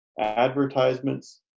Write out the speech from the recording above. advertisements